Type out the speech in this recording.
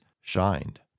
shined